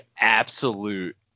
absolute